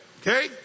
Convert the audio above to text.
Okay